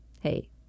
hey